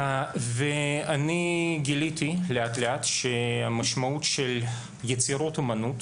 אני גיליתי לאט לאט שהמשמעות של יצירות האומנות